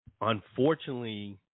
Unfortunately